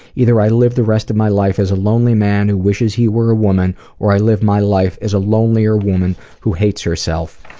either i live the rest of my life as a lonely man who wishes he were a woman or i live my life as a lonelier woman who hates herself.